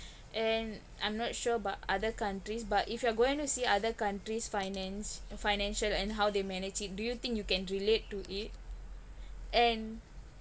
and I'm not sure about other countries but if you are going to see other countries finance financial and how they manage it do you think you can relate to it and